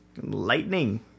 Lightning